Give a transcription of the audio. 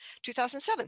2007